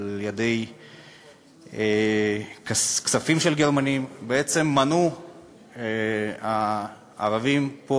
על-ידי כספים של גרמנים, בעצם מנעו הערבים פה